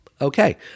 Okay